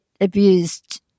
abused